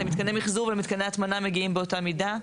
למתקני מחזור ומתקני הטמנה מגיעים באותה מידה?